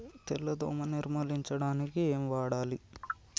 తెల్ల దోమ నిర్ములించడానికి ఏం వాడాలి?